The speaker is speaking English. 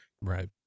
right